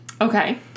Okay